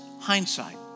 hindsight